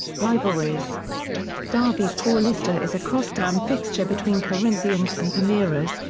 rivalries derby paulista is a crosstown fixture between corinthians and palmeiras,